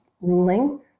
ruling